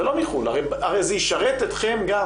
הרי זה ישרת אתכם גם